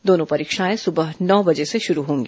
दोनों परीक्षाएं सुबह नौ बजे से शुरू होंगी